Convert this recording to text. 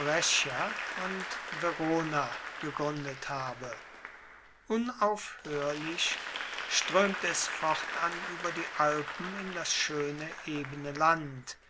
und verona begruendet habe unaufhoerlich stroemte es fortan ueber die alpen in das schoene ebene land